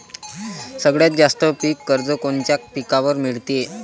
सगळ्यात जास्त पीक कर्ज कोनच्या पिकावर मिळते?